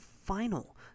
Final